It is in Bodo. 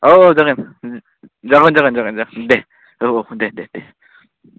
औ औ जागोन जागोन जागोन औ औ दे दे दे